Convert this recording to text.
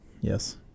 Yes